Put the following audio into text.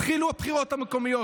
התחילו הבחירות המקומיות.